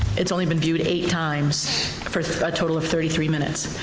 it's only been viewed eight times for a total of thirty three minutes.